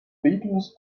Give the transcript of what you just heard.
beatles